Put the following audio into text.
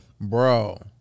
Bro